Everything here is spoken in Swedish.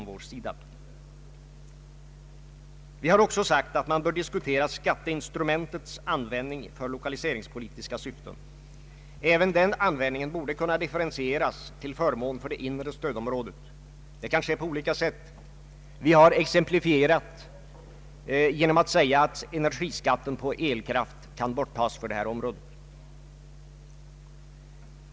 Vi har också sagt att man bör diskutera skatteinstrumentets användning för lokaliseringspolitiska syften. Även den användningen borde kunna differentieras till förmån för det inre stödområdet. Det kan ske på olika sätt. Vi har exemplifierat genom att säga att energiskatten på elkraft kan borttas för det här området.